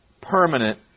Permanent